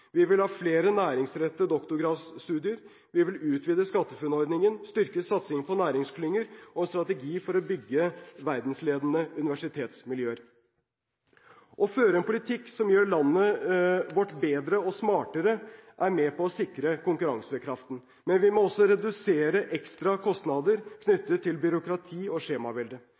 Vi vil ha flere næringsrettede doktorgradsstudier, vi vil utvide SkatteFUNN-ordningen, vi vil styrke satsingen på næringsklynger, og vi vil ha en strategi for å bygge verdensledende universitetsmiljøer. Å føre en politikk som gjør landet vårt bedre og smartere, er med på å sikre konkurransekraften. Men vi må også redusere ekstra kostnader knyttet til byråkrati og skjemavelde.